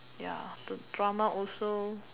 ya the drama also